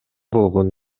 болгон